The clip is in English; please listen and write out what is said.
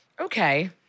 Okay